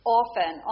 often